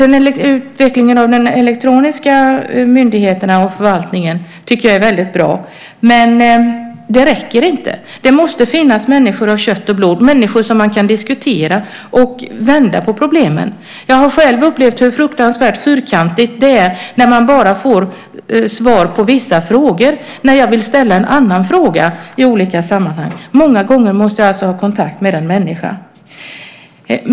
Utvecklingen av den elektroniska förvaltningen tycker jag är väldigt bra, men det räcker inte. Det måste finnas människor av kött och blod, människor som man kan diskutera och vända på problemen med. Jag har själv i olika sammanhang upplevt hur fruktansvärt fyrkantigt det är när jag bara får svar på vissa frågor när jag vill ställa en annan fråga. Många gånger måste jag alltså ha kontakt med en människa.